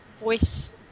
Voice